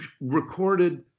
recorded